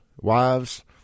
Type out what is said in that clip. wives